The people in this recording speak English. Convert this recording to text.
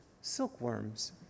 Silkworms